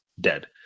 dead